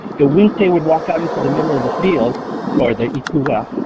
the winkta, they would walk out into the middle of the field or the i-coo-coo-a,